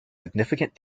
significant